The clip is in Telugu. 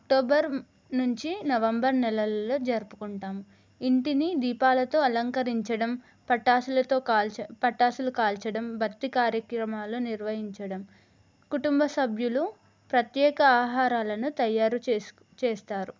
అక్టోబర్ నుంచి నవంబర్ నెలలలో జరుపుకుంటాము ఇంటిని దీపాలతో అలంకరించడం టపాసులతో కాల్చ టపాసులు కాల్చడం భక్తి కార్యక్రమాలు నిర్వహించడం కుటుంబ సభ్యులు ప్రత్యేక ఆహారాలను తయారు చేసు చేస్తారు